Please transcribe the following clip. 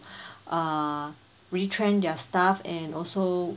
uh retrain their staff and also